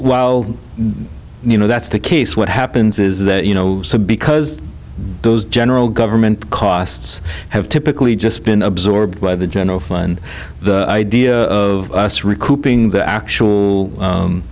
while you know that's the case what happens is that you know because those general government costs have typically just been absorbed by the general fund the idea of us recouping the actual